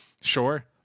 Sure